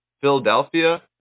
Philadelphia